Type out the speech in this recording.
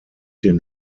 den